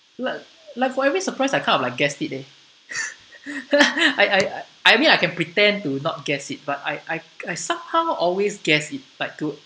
like like for every surprise I kind of like guessed it eh I I I mean I can pretend to not guess it but I I I somehow always guessed it like to